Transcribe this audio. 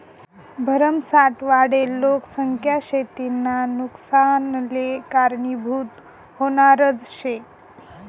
भरमसाठ वाढेल लोकसंख्या शेतीना नुकसानले कारनीभूत व्हनारज शे